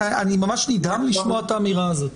אני ממש נדהם לשמוע את האמירה הזאת.